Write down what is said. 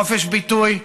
חופש ביטוי,